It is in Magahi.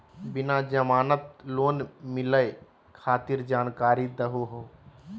बिना जमानत लोन मिलई खातिर जानकारी दहु हो?